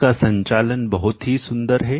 इसका संचालन बहुत ही सुंदर है